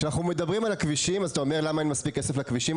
כשאנחנו מדברים על הכבישים אז אתה אומר למה אין מספיק כסף לכבישים?